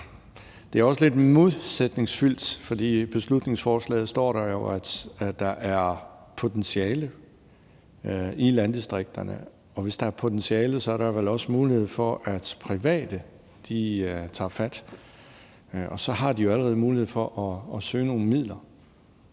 Det er også lidt modsætningsfyldt, fordi der jo står i beslutningsforslaget, at der er potentiale i landdistrikterne. Og hvis der er potentiale, er der vel også mulighed for, at private tager fat, og så har de jo allerede mulighed for at søge nogle midler.